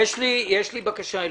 יש לי בקשה אליך.